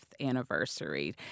anniversary